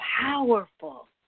powerful